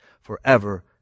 forever